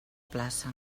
plaça